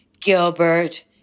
Gilbert